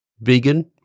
vegan